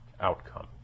outcome